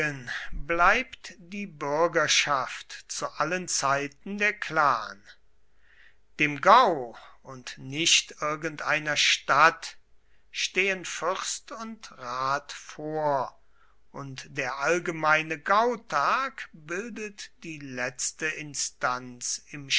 bleibt die bürgerschaft zu allen zeiten der clan dem gau und nicht irgendeiner stadt stehen fürst und rat vor und der allgemeine gautag bildet die letzte instanz im